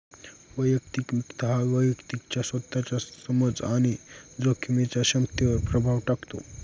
वैयक्तिक वित्त हा व्यक्तीच्या स्वतःच्या समज आणि जोखमीच्या क्षमतेवर प्रभाव टाकतो